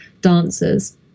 dancers